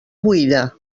buida